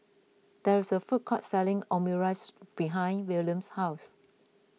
there is a food court selling Omurice behind Williams' house